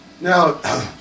now